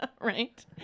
Right